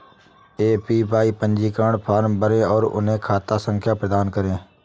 APY पंजीकरण form भरें और उन्हें खाता संख्या प्रदान करें